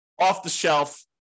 off-the-shelf